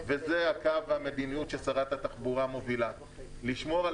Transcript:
וזה קו המדיניות ששרת התחבורה מובילה: לשמור על